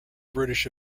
british